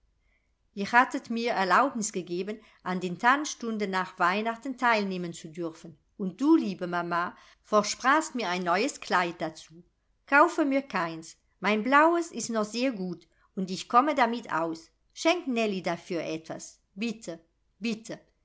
ihr hattet mir erlaubnis gegeben an den tanzstunden nach weihnachten teilnehmen zu dürfen und du liebe mama versprachst mir ein neues kleid dazu kaufe mir keins mein blaues ist noch sehr gut und ich komme damit aus schenkt nellie dafür etwas bitte bitte